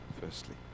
firstly